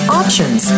options